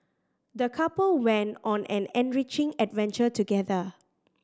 the couple went on an enriching adventure together